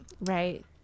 right